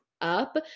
up